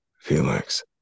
Felix